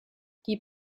die